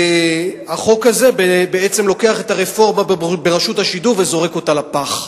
החוק הזה בעצם לוקח את הרפורמה ברשות השידור וזורק אותה לפח,